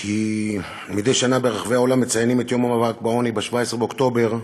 כי מדי שנה ברחבי העולם מציינים את יום המאבק בעוני ב-17 באוקטובר,